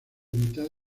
mitad